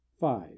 five